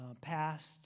past